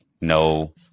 no